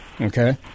okay